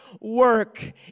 work